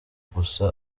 gusa